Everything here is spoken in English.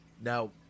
Now